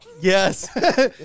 yes